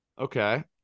Okay